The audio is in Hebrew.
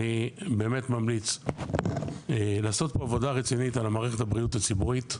אני באמת ממליץ לעשות פה עבודה רצינית על מערכת הבריאות הציבורית,